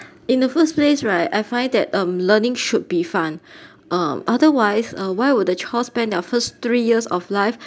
in the first place right I find that um learning should be fun um otherwise uh why would the child spend their first three years of life